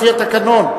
לפי התקנון.